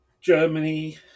Germany